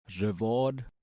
reward